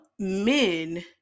men